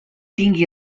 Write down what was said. tingui